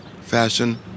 fashion